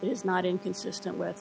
is not inconsistent with